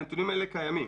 הנתונים האלה קיימים